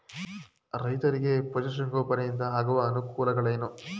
ರೈತರಿಗೆ ಪಶು ಸಂಗೋಪನೆಯಿಂದ ಆಗುವ ಅನುಕೂಲಗಳೇನು?